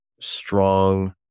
strong